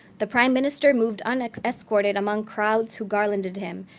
the prime minister moved and unescorted among crowds who garlanded him,